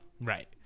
Right